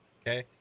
okay